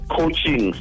coaching